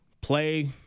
play